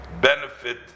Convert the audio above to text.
benefit